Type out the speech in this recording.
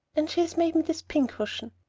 and she has made me this pincushion!